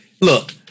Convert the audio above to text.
look